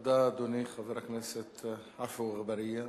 תודה, אדוני חבר הכנסת עפו אגבאריה.